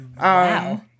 Wow